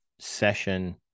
session